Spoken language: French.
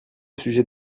sujet